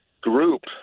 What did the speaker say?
group